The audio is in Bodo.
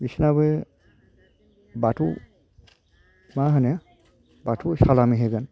बिसोरनाबो बाथौ मा होनो बाथौआव सालामि होगोन